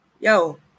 yo